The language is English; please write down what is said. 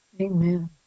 Amen